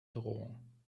drohung